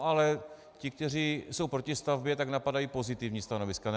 Ale ti, kteří jsou proti stavbě, napadají pozitivní stanoviska.